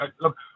Look